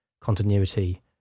continuity